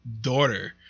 daughter